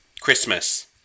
Christmas